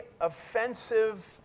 offensive